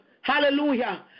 hallelujah